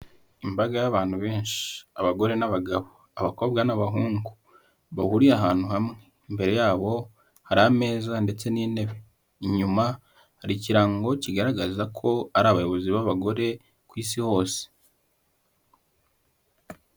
Imbaga y'abantu benshi abagore n'abagabo abakobwa n'abahungu bahuriye ahantu hamwe, imbere yabo hari ameza ndetse n'intebe, inyuma hari ikirango kigaragaza ko ari abayobozi b'abagore ku isi hose.